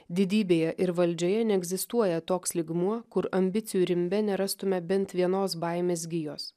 didybėje ir valdžioje neegzistuoja toks lygmuo kur ambicijų rimbe nerastume bent vienos baimės gijos